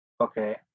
Okay